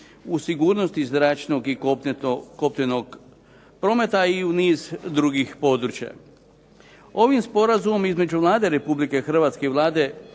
u sigurnosti zračnog i kopnenog prometa i u niz drugih područja. Ovim sporazumom između Vlade Republike Hrvatske i Vlade